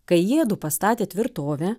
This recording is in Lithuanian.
kai jiedu pastatė tvirtovę